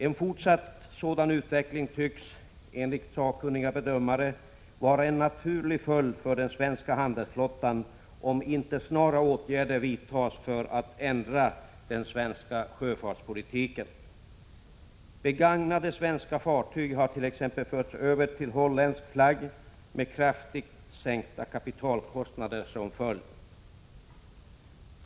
En fortsatt sådan utveckling tycks, enligt sakkunniga bedömare, vara en naturlig följd för den svenska handelsflottan, om inte snara åtgärder vidtas för att ändra den svenska sjöfartspolitiken. Begagnade svenska fartyg har t.ex. förts över till holländsk flagg med kraftigt sänkta kapitalkostnader som följd.